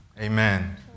Amen